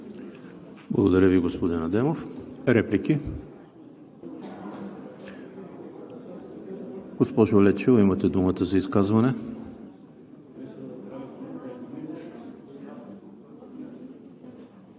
Благодаря Ви, господин Адемов. Реплики? Госпожо Лечева, имате думата за изказване.